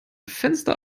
fenster